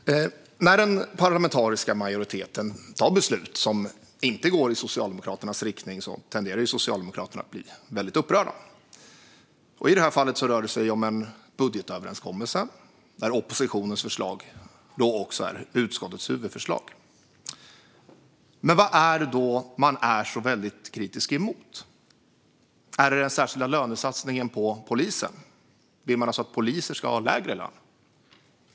Fru talman! När den parlamentariska majoriteten tar beslut som inte går i Socialdemokraternas riktning tenderar Socialdemokraterna att bli väldigt upprörda. I detta fall rör det sig om en budgetöverenskommelse där oppositionens förslag också är utskottets huvudförslag. Vad är det då man är så kritisk emot? Är det den särskilda lönesatsningen på polisen? Vill man alltså att poliser ska ha lägre lön?